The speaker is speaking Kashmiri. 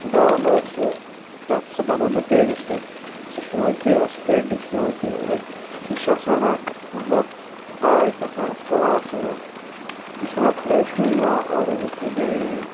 ڈال ٲس تَتھ سُہ بَنٲو مےٚ پیجَس پٮ۪ٹھ سُہ چھِ مےٚ وٕنہِ تہِ یاد سُہ پینٛٹِنٛگ چھِ مےٚ وٕنہِ تہِ یاد یہِ چھِ آسان اَکھ مطلب آرٹ آسان اَتھ کلاسَن اَتھ یُس مطلب خۄداے چھِ کٲنٛسہِ دِوان اورَے تہٕ بیٚیہِ